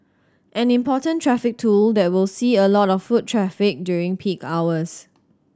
an important traffic tool that will see a lot of foot traffic during peak hours